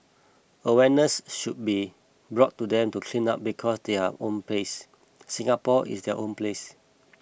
awareness should be brought to them to clean up because their own place Singapore is their own place